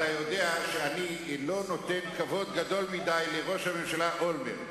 אתה יודע שאני לא נותן כבוד גדול מדי לראש הממשלה אולמרט.